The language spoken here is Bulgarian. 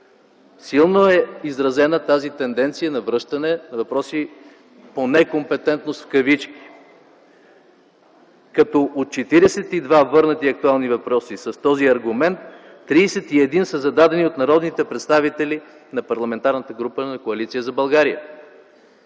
Силно е изразена тази тенденция на връщане на въпроси по некомпетентност в кавички като от 42 върнати актуални въпроса с този аргумент, 31 са зададени от народните представители на Парламентарната